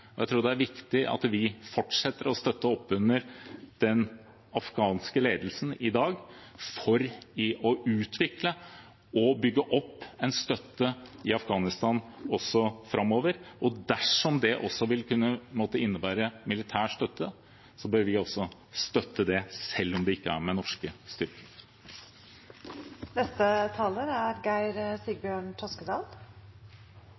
og jeg tror det er viktig at vi fortsetter å støtte opp under den afghanske ledelsen i dag for å utvikle og bygge opp en støtte i Afghanistan også framover. Og dersom det også vil måtte innebære militær støtte, bør vi også støtte det – selv om det ikke er med norske